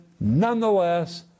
nonetheless